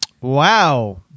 Wow